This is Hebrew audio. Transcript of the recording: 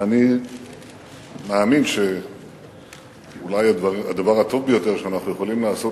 ואני מאמין שאולי הדבר הטוב ביותר שאנחנו יכולים לעשות